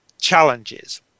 challenges